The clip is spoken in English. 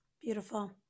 Beautiful